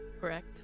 Correct